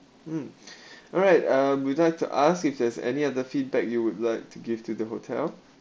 mm alright uh we like to ask if there's any other feedback you would like to give to the hotel